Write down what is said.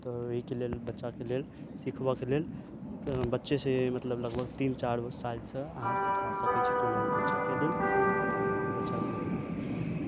तऽ ओहिके लेल बच्चाके लेल सिखबयके लेल बच्चेसँ मतलब लगभग तीन चारि सालसँ अहाँ सिखा सकै छी कोनो भी बच्चाके लेल तऽ ई बच्चाके भऽ गेल भऽ गेल